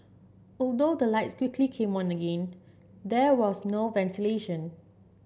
although the lights quickly came on again there was no ventilation